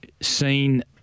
seen